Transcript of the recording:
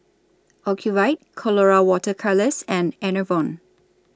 Ocuvite Colora Water Colours and Enervon